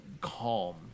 calm